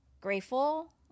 grateful